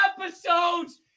episodes